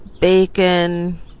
bacon